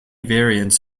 variants